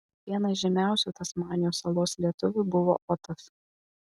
vienas žymiausių tasmanijos salos lietuvių buvo otas